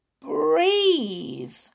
breathe